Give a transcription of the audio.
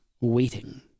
waiting